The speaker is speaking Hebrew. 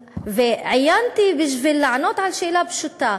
ועיינתי בשביל לענות על שאלה פשוטה: